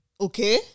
Okay